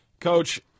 Coach